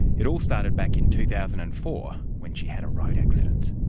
it all started back in two thousand and four when she had a road accident.